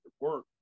work